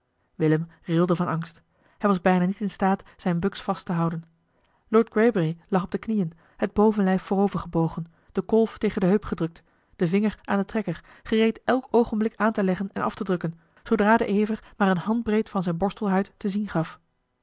willem rilde van angst hij was bijna niet in staat zijne buks vast te houden lord greybury lag op de knieën het bovenlijf voorovergebogen de kolf tegen de heup gedrukt den vinger aan den trekker gereed elk oogenblik aan te leggen en af te drukken zoodra de ever maar een handbreed van zijne borstelhuid te zien gaf